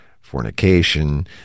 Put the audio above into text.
fornication